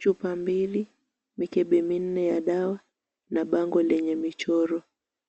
Chupa mbili, mikebe minne ya dawa na bango lenye michoro,